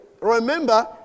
Remember